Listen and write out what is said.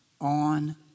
on